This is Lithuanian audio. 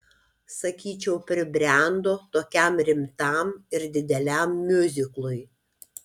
sakyčiau pribrendo tokiam rimtam ir dideliam miuziklui